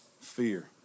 fear